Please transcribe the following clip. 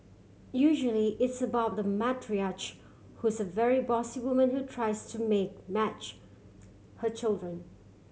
usually it's about the matriarch who's a very bossy woman who tries to make match her children